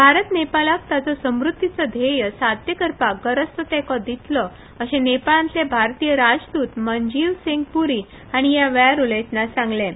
भारत नेपाळाक ताचो समृद्धीचो ध्येय साध्य करपाक गरज तो तेंको दितलो अशें नेपाळांतले भारतीय राजद्त मंजीव सिंग प्री हांणी ह्या वेळार उलयतना सांगलें